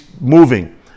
moving